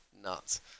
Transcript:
nuts